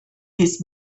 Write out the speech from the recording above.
this